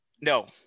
No